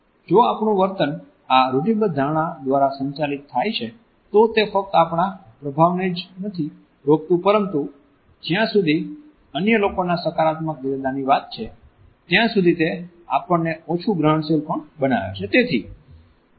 જો આપણું વર્તન આ રૂઢિબદ્ધ ધારણા દ્વારા સંચાલિત થાય છે તો તે ફક્ત આપણા પ્રભાવને જ નથી રોકતું પરંતુ જ્યાં સુધી અન્ય લોકોના સકારાત્મક ઇરાદાની વાત છે ત્યાં સુધી તે આપણને ઓછું ગ્રહણશીલ પણ બનાવે છે